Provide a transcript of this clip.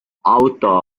auto